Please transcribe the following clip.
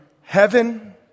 heaven